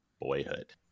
boyhood